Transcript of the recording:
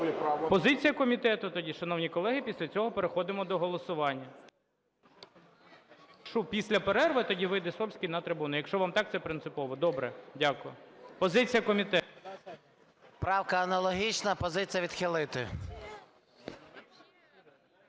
Позиція комітету тоді. Шановні колеги, після цього переходимо до голосування. Після перерви тоді вийде Сольський на трибуну, якщо вам так це принципово. Добре. Дякую. Позиція комітету. 11:09:44 СОЛЬСЬКИЙ М.Т. Правка аналогічна. Позиція – відхилити.